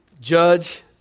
Judge